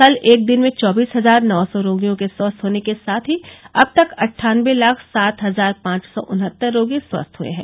कल एक दिन में चौबीस हजार नौ सौ रोगियों के स्वस्थ होने के साथ ही अब तक अट्ठानबे लाख सात हजार पांच सौ उनहतत्तर रोगी स्वस्थ हुए हैं